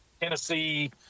Tennessee